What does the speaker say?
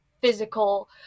physical